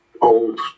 old